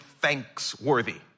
thanksworthy